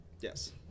Yes